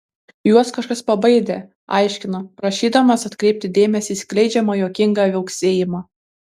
juos kažkas pabaidė aiškina prašydamas atkreipti dėmesį į skleidžiamą juokingą viauksėjimą